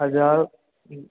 हज़ार